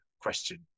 question